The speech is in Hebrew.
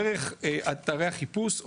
דרך אתרי החיפוש,